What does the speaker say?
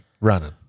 running